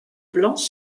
blancs